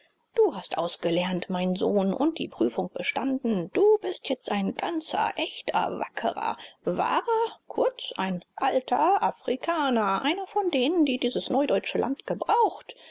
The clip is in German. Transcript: du hast ausgelernt mein sohn und die prüfung bestanden du bist jetzt ein ganzer echter wackerer wahrer kurz ein alter afrikaner einer von denen die dieses neudeutsche land gebraucht